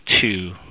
two